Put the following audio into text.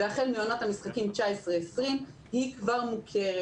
והחל מעונת המשחקים 2020-2019 היא כבר מוכרת.